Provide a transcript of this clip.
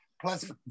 Plus